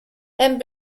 and